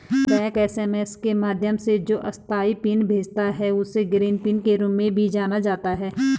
bank SMS के माध्यम से जो अस्थायी पिन भेजता है, उसे ग्रीन पिन के रूप में भी जाना जाता है